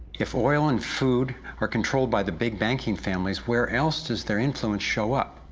if oil and food are controlled by the big banking families, where else does their influence show up?